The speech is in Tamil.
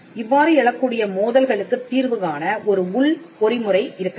இவ்வாறு எழக்கூடிய மோதல்களுக்குத் தீர்வு காண ஒரு உள் பொறிமுறை இருக்க வேண்டும்